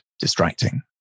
distracting